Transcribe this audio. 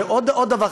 ועוד דבר,